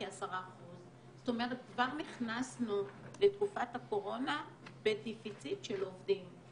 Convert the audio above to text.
זאת אומרת כבר נכנסנו לתקופת הקורונה בדפיציט של עובדים.